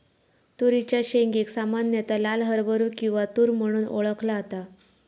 तुरीच्या शेंगेक सामान्यता लाल हरभरो किंवा तुर म्हणून ओळखला जाता